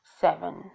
Seven